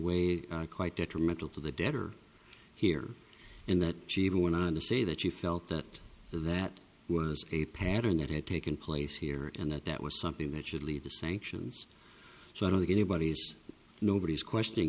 way quite detrimental to the debtor here in that she went on to say that she felt that that was a pattern that had taken place here and that that was something that should lead to sanctions so i don't think anybody's nobody's question